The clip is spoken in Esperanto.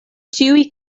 ĉiuj